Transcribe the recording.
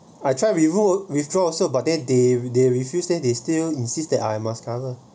I try withdraw withdraw also but then they they refuse then they still insist that I must cover